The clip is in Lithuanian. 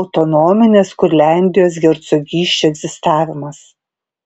autonominės kurliandijos hercogysčių egzistavimas